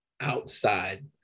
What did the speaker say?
outside